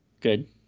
Good